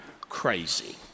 crazy